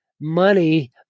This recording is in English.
money